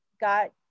got